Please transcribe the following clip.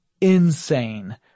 insane